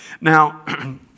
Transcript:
Now